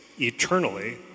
eternally